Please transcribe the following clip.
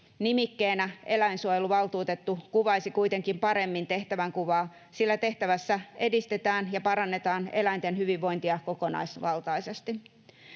Nimikkeenä eläinsuojeluvaltuutettu kuvaisi kuitenkin paremmin tehtävänkuvaa, sillä tehtävässä edistetään ja parannetaan eläinten hyvinvointia kokonaisvaltaisesti.